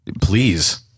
please